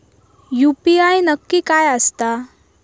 UPI नक्की काय आसता?